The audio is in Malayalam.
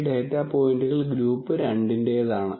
ഈ ഡാറ്റാ പോയിന്റുകൾ ഗ്രൂപ്പ് 2 ന്റെതാണ്